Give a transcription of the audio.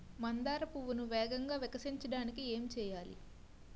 మందార పువ్వును వేగంగా వికసించడానికి ఏం చేయాలి?